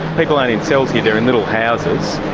people aren't in cells here, they are in little houses,